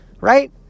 right